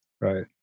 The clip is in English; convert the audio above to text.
Right